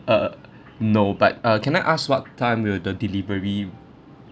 uh no but uh can I ask what time will the delivery